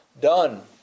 done